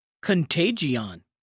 contagion